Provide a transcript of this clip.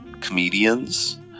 comedians